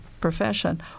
profession